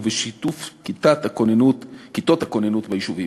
ובשיתוף כיתות הכוננות ביישובים.